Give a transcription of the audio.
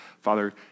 Father